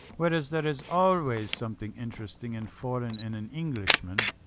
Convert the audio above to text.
whereas there is always something interesting and foreign in an englishman.